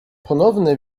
ponowne